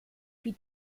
wie